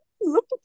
look